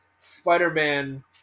Spider-Man